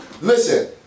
listen